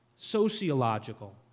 Sociological